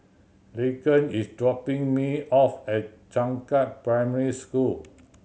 Laken is dropping me off at Changkat Primary School